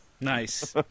Nice